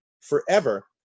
forever